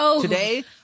Today